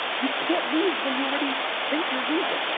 you can't lose when you already think you're losing.